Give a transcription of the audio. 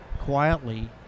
quietly